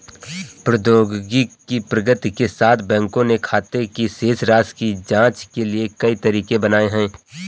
प्रौद्योगिकी की प्रगति के साथ, बैंकों ने खाते की शेष राशि की जांच के लिए कई तरीके बनाए है